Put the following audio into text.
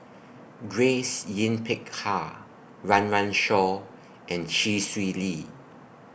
Grace Yin Peck Ha Run Run Shaw and Chee Swee Lee